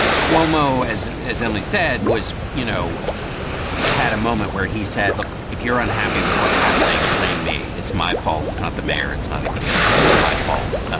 cuomo, as as emily said, was. you know, i had a moment where he said, look, if you're unhappy with what's happening, blame me. it's my fault. it's not the mayor. it's not anybody else. it's my fault.